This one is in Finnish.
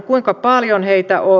kuinka paljon heitä on